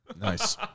nice